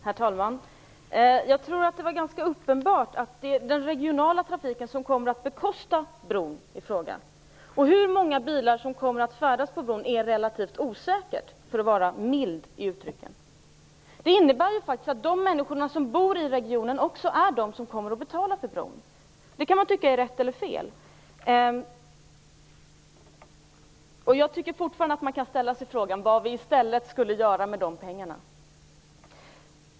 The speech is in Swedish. Herr talman! Det var ganska uppenbart att den regionala trafiken kommer att bekosta bron i fråga. Hur många bilar som kommer att färdas på bron är relativt osäkert, för att uttrycka det milt. Det innebär faktiskt att de människor som bor i regionen också är de som kommer att få betala. Det kan man tycka är rätt eller fel. Jag tycker fortfarande att man kan ställa sig frågan vad vi i stället skulle göra med pengarna.